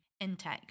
intake